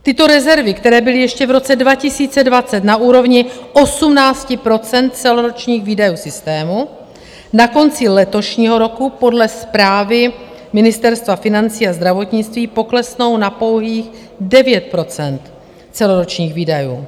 Tyto rezervy, které byly ještě v roce 2020 na úrovni 18 % celoročních výdajů v systému, na konci letošního roku podle zprávy Ministerstva financí a zdravotnictví poklesnou na pouhých 9 % celoročních výdajů.